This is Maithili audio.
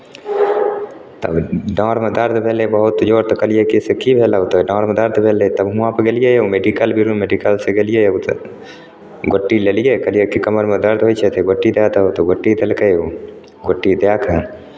तब डाँरमे दर्द भेलै बहुत जोर तऽ कहलियै की से की भेलौ तऽ डाँरमे दर्द भेलै तब हुआँपर गेलियै ओ मेडिकल ब्यूरोमे मेडिकलसँ गेलियै उधर गोटी लेलियै कहलियै की कमरमे दर्द होइ छै से गोटी दए दहो तऽ ओ गोटी देलकै गोटी दए कऽ